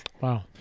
wow